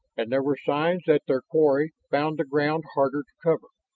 and there were signs that their quarry found the ground harder to cover.